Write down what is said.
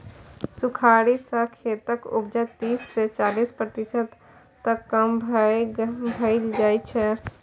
सुखाड़ि सँ खेतक उपजा तीस सँ चालीस प्रतिशत तक कम भए जाइ छै